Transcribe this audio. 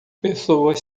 pessoas